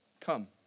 come